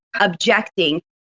objecting